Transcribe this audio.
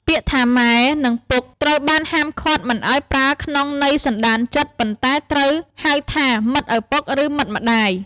ពាក្យថា «ម៉ែ» និង «ពុក» ត្រូវបានហាមឃាត់មិនឱ្យប្រើក្នុងន័យសន្តានចិត្ត ប៉ុន្តែត្រូវហៅថា «មិត្តឪពុក» ឬ «មិត្តម្ដាយ»។